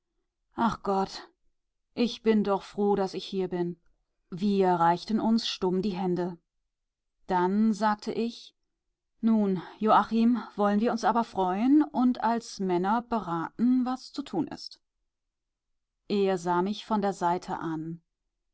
ach gott ich bin doch froh daß ich hier bin wir reichten uns stumm die hände dann sagte ich nun joachim wollen wir uns aber freuen und als männer beraten was zu tun ist er sah mich von der seite an